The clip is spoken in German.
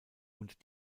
und